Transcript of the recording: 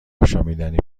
آشامیدنی